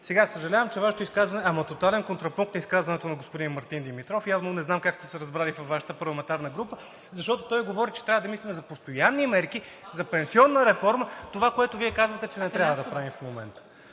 Съжалявам, че Вашето изказване е тотален контрапункт на изказването на господин Мартин Димитров. Не знам как сте се разбрали във Вашата парламентарна група, защото той говори, че трябва да мислим за постоянни мерки за пенсионна реформа това, което Вие казвате, че не трябва да правим в момента.